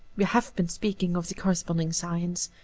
we have been speaking of the corresponding science.